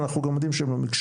תודה רבה.